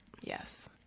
Yes